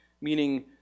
meaning